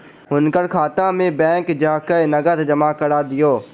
हुनकर खाता में बैंक जा कय नकद जमा करा दिअ